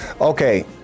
Okay